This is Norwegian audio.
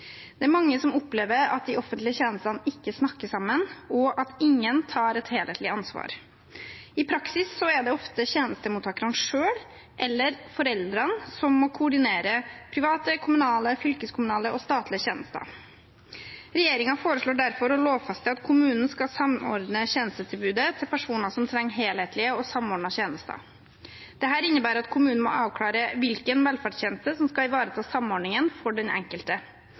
Mange opplever at de ulike offentlige tjenestene ikke snakker sammen, og at ingen tar et helhetlig ansvar. I praksis er det ofte tjenestemottakeren selv eller foreldrene som må koordinere private, kommunale, fylkeskommunale og statlige tjenester. Regjeringen foreslår derfor å lovfeste at kommunen skal samordne tjenestetilbudet til personer som trenger helhetlige og samordnede tjenester. Dette innebærer at kommunen må avklare hvilken velferdstjeneste som skal ivareta samordningen for den enkelte.